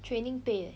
training pay leh